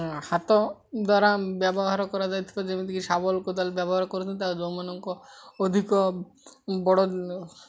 ହାତ ଦ୍ୱାରା ବ୍ୟବହାର କରାଯାଇଥିବା ଯେମିତିକି ଶାବଳ କୋଦାଳ ବ୍ୟବହାର କରନ୍ତି ତା ଯେଉଁମାନଙ୍କ ଅଧିକ ବଡ଼